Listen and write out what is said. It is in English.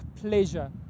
pleasure